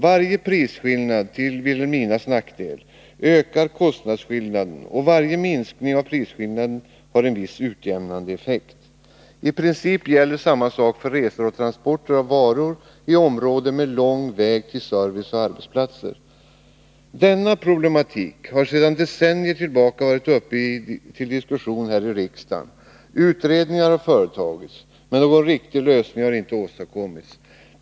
Varje prisskillnad till Vilhelminas nackdel ökar kostnadsskillnaden och varje minskning av prisskillnaden har en viss utjämnande effekt. I princip gäller samma sak för resor och transport av varor i områden med lång väg till service och arbetsplatser. Denna problematik har sedan decennier tillbaka varit uppe till diskussion här i riksdagen, och utredningar har företagits, men något riktig lösning har inte åstadkommits.